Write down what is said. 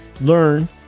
learn